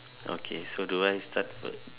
okay so do I start